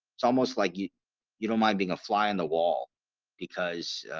it's almost like you you don't mind being a fly on the wall because